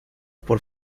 por